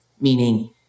meaning